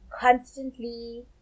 constantly